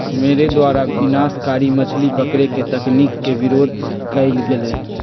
मेरे द्वारा विनाशकारी मछली पकड़े के तकनीक के विरोध कइल गेलय